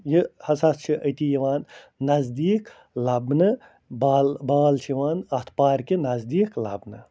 یہِ ہَسا چھِ أتی یِوان نزدیٖک لبنہٕ بال بال چھِ یِوان اتھ پارکہِ نزدیٖک لبنہٕ